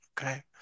Okay